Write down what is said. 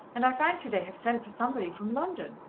and i fancy they have sent for somebody from london.